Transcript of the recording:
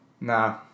Nah